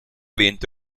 vento